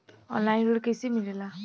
Online ऋण कैसे मिले ला?